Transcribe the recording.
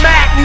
Mac